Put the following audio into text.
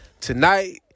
tonight